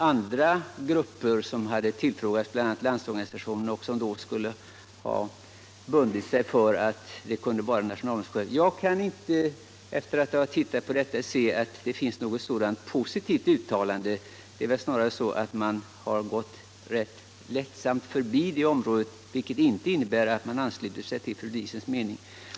a. hade också Landsorganisationen, sade fru Diesen, bundit sig för att nationalmuseets chef skulle vara överintendent. Jag kan inte se att det finns något sådant positivt uttalande. Det är väl snarast så att man gått rätt lättsamt förbi det området, vilket inte innebär att man ansluter sig till fru Diesens mening.